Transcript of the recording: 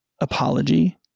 apology